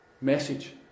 Message